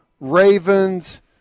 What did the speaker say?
Ravens